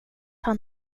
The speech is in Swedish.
han